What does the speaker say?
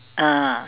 ah